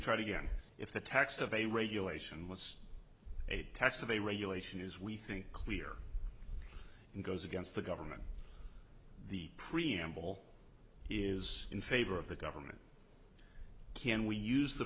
tried again if the text of a regulation was a text of a regulation is we think clear and goes against the government the preamble is in favor of the government can we use the